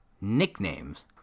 nicknames